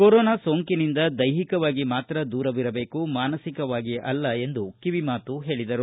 corona ಸೋಂಕಿನಿಂದ ದೈಹಿಕವಾಗಿ ಮಾತ್ರ ದೂರವಿರಬೇಕು ಮಾನಸಿಕವಾಗಿ ಅಲ್ಲ ಎಂದು ಕಿವಿಮಾತು ಹೇಳಿದರು